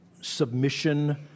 submission